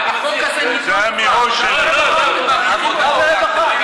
לא, לא, עבודה ורווחה.